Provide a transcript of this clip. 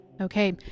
Okay